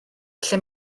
lle